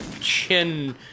chin